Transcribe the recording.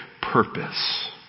purpose